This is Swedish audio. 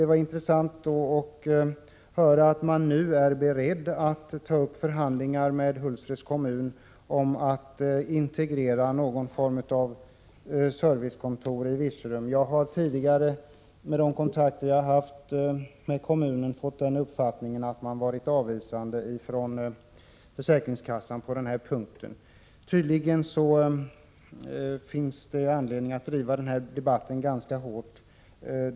Det var intressant att höra att man nu är beredd att ta upp förhandlingar med Hultsfreds kommun om att med kommunal service integrera någon form av servicekontor för försäkringskassan i Virserum. Jag har tidigare, med de kontakter som jag haft med kommunen, fått den uppfattningen att man varit avvisande från försäkringskassan på den punkten. Det finns tydligen anledning att driva debatten ganska hårt.